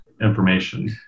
information